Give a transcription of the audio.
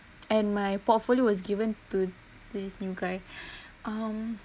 and my portfolio was given to this new guy um